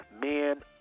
men